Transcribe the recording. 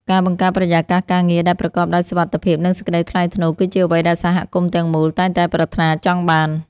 ការបង្កើតបរិយាកាសការងារដែលប្រកបដោយសុវត្ថិភាពនិងសេចក្ដីថ្លៃថ្នូរគឺជាអ្វីដែលសហគមន៍ទាំងមូលតែងតែប្រាថ្នាចង់បាន។